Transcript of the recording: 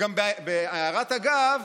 בהערת אגב,